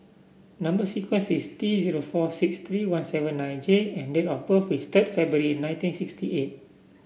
number sequence is T zero four six three one seven nine J and date of birth is third February nineteen sixty eight